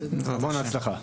המון בהצלחה.